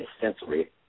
sensory